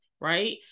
right